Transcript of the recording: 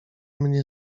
mnie